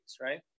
right